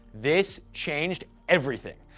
this changed everything.